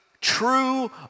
true